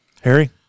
Harry